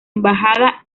embajada